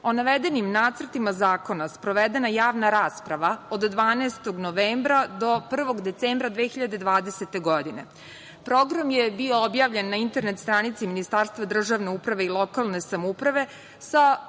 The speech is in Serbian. o navedenim nacrtima zakona sprovedena javna rasprava od 12. novembra do 1. decembra 2020. godine. Program je bio objavljen na internet stranici Ministarstva državne uprave i lokalne samouprave sa